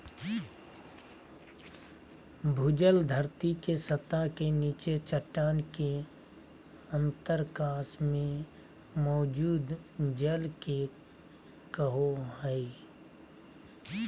भूजल धरती के सतह के नीचे चट्टान के अंतरकाश में मौजूद जल के कहो हइ